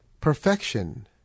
Perfection